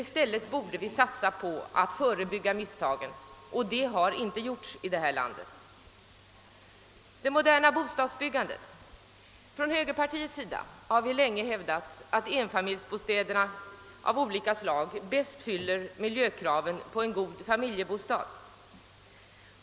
I stället borde vi satsa på att förebygga misstagen, och det har inte gjorts i detta land. Från högerpartiets sida har vi länge hävdat att enfamiljsbostäder av olika slag bäst fyller miljökravet på en god familjebostad.